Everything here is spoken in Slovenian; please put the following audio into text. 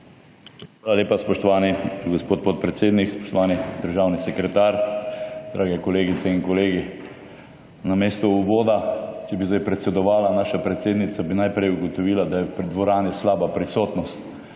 Hvala lepa, spoštovani gospod podpredsednik. Spoštovani državni sekretar, dragi kolegice in kolegi! Namesto uvoda, če bi zdaj predsedovala naša predsednica, bi najprej ugotovila, da je v dvorani slaba prisotnost,